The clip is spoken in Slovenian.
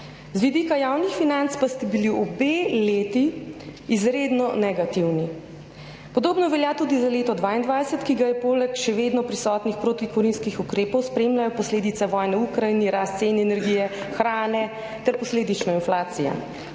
Z vidika javnih financ pa sta bili obe leti izredno negativni. Podobno velja tudi za leto 2022, ki ga poleg še vedno prisotnih protikoronskih ukrepov spremljajo posledice vojne v Ukrajini, rast cen energije, hrane ter posledično inflacija.